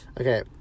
okay